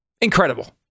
Incredible